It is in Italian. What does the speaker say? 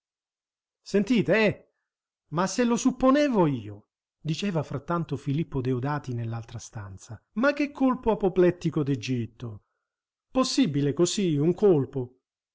eh ma se lo supponevo io diceva frattanto filippo deodati nell'altra stanza ma che colpo apoplettico d'egitto possibile così un colpo